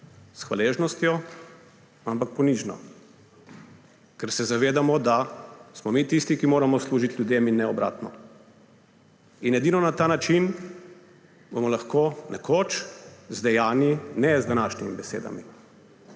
s hvaležnostjo, ampak ponižno, ker se zavedamo, da smo mi tisti, ki moramo služiti ljudem, in ne obratno. Edino na ta način bomo lahko nekoč z dejanji, ne z današnjimi besedami,